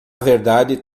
verdade